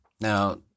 Now